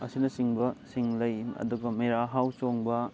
ꯑꯁꯤꯅꯆꯤꯡꯕ ꯁꯤꯡ ꯂꯩ ꯑꯗꯨꯒ ꯃꯦꯔꯥ ꯍꯥꯎꯆꯣꯡꯕ